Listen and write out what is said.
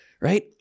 right